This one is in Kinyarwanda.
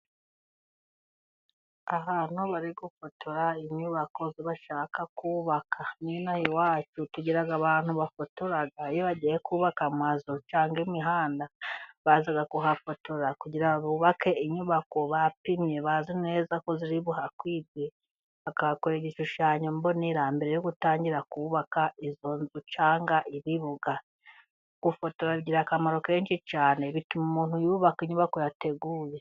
Ahantu bari gufotora inyubako bashaka kubaka. N’inaha iwacu， tugira abantu bafotora iyo bagiye kubaka amazu，cyangwa imihanda，baza guhafotora， kugira ngo bubake inyubako bapimye， bazi neza ko ziri buhakwirwe， bakahakorera igishushanyo mbonera， mbere yo gutangira kubaka，izo nzu cyangwa ibibuga. Gufotora bigira akamaro kenshi cyane，bituma umuntu yubaka inyubako yateguye.